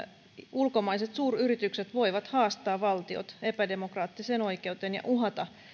ulkomaiset suuryritykset voivat haastaa valtiot epädemokraattiseen oikeuteen ja uhata